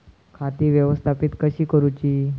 खाती व्यवस्थापित कशी करूची?